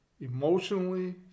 emotionally